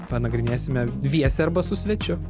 panagrinėsime dviese arba su svečiu